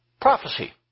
prophecy